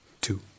Two